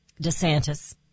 DeSantis